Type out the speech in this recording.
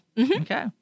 Okay